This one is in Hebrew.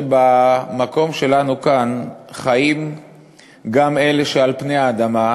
שבמקום שלנו כאן חיים גם אלה שעל פני האדמה,